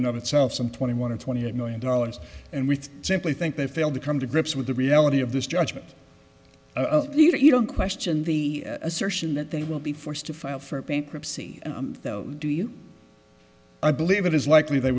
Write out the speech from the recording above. another itself some twenty one or twenty eight million dollars and we simply think they failed to come to grips with the reality of this judgment you don't question the assertion that they will be forced to file for bankruptcy do you i believe it is likely they